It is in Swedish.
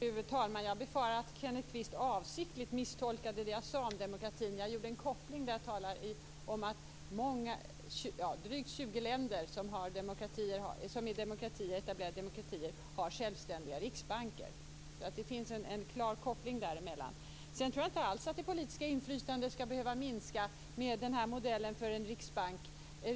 Fru talman! Jag befarar att Kenneth Kvist avsiktligt misstolkade det jag sade om demokratin. Jag kopplade till att drygt 20 länder som är etablerade demokratier har självständiga riksbanker. Det finns en klar koppling. Jag tror inte alls att det politiska inflytandet skall behöva minska med denna modell för en riksbank.